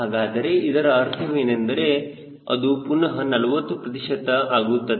ಹಾಗಾದರೆ ಇದರ ಅರ್ಥವೇನೆಂದರೆ ಅದು ಪುನಹ 40 ಪ್ರತಿಶತ ಆಗುತ್ತದೆ